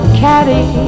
caddy